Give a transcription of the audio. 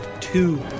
Two